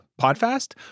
Podfast